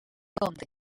compte